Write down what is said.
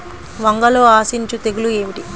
వంగలో ఆశించు తెగులు ఏమిటి?